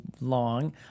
long